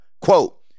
Quote